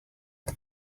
you